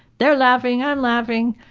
they're laughing i'm laughing.